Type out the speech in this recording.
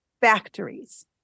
Factories